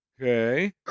Okay